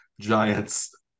Giants